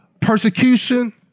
persecution